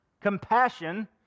compassion